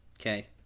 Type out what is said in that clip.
Okay